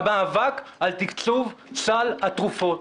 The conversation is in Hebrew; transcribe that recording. המאבק על תקצוב סל התרופות.